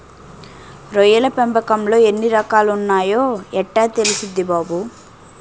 రొయ్యల పెంపకంలో ఎన్ని రకాలున్నాయో యెట్టా తెల్సుద్ది బాబూ?